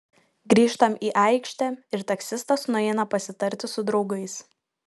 grįžtam į aikštę ir taksistas nueina pasitarti su draugais